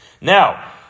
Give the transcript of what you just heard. Now